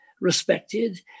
respected